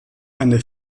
eine